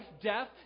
death